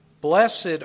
Blessed